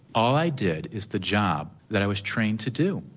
all i did is the job that i was trained to do.